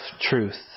truth